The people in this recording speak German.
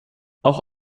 auch